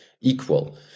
equal